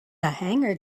hangar